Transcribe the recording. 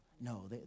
No